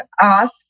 ask